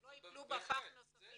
שלא יפלו בפח נוספים.